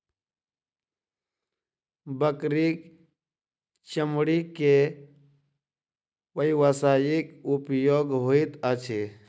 बकरीक चमड़ी के व्यवसायिक उपयोग होइत अछि